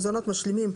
מזונות משלימים,